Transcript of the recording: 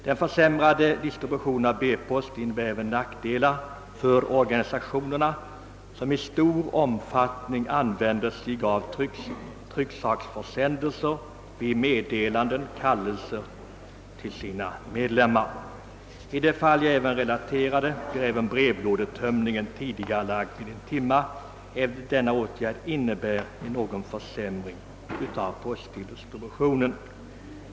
Den försämrade distributionen av B post innebär även nackdelar för organisationerna, som i stor omfattning använder sig av trycksaksförsändelser vid meddelanden, kallelser o.s.v. till sina medlemmar. I det av mig nämnda exemplet blir även brevlådetömningen tidigarelagd med en timma — även denna åtgärd innebär en försämring av postdistributionen.